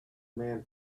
man